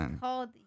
called